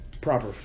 proper